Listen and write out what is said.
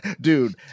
Dude